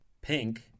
Pink